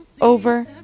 over